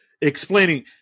explaining